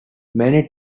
many